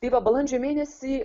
tai va balandžio mėnesį